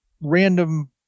random